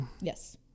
Yes